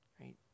Right